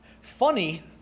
Funny